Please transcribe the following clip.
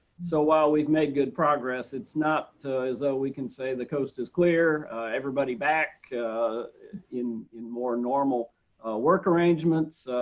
so while we've made good progress it's not as though we can say the coast is clear everybody back in in more normal work arrangements.